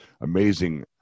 amazing